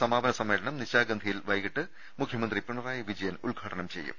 സമാപന സമ്മേളനം നിശാഗന്ധിയിൽ വൈകീട്ട് മുഖ്യമന്ത്രി പിണ റായി വിജയൻ ഉദ്ഘാടനം ചെയ്യും